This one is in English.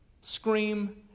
scream